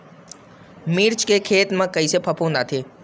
मिर्च के खेती म कइसे फफूंद आथे?